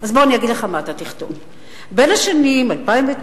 אז בוא אני אגיד לך מה אתה תכתוב: בין השנים 2009 ו-2011